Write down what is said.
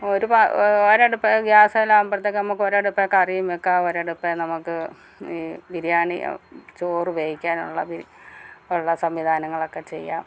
ഒരു പാ ഒരട്പ്പേ ഗ്യാസേലാവുമ്പോഴത്തേക്ക് നമ്മക്കൊരട്പ്പേ കറിയും വെക്കാം ഒരട്പ്പെ നമുക്ക് ഈ ബിരിയാണി ചോറ് വേവയ്ക്കാനുള്ള ബിരി ഉള്ള സംവിധാനങ്ങളക്കെ ചെയ്യാം